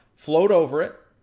float over it,